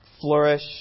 flourish